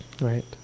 right